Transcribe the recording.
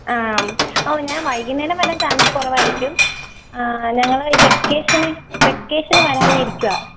ആ ഓ ഞാൻ വൈകുന്നേരം വരാൻ ചാൻസ് കുറവായിരിക്കും ആ ഞങ്ങൾ ഈ വെക്കേഷൻ വെക്കേഷന് വരാനിരിക്കുകയാണ്